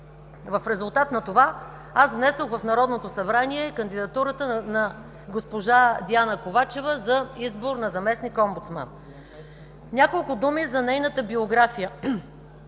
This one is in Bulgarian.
В резултат на това внесох в Народното събрание кандидатурата на госпожа Диана Ковачева за избор на заместник-омбудсман. Няколко думи за нейната биография.